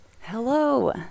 hello